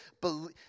believe